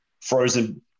frozen